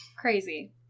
Crazy